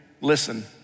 listen